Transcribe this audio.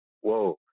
whoa